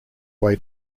way